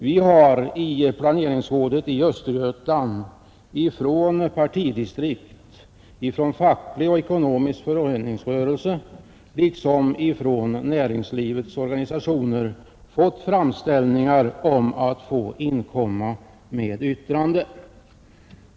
Vi har i planeringsrådet i Östergötland från partidistrikt, från facklig och ekonomisk föreningsrörelse liksom från näringslivets organisationer fått framställningar om att få inkomma med yttrande.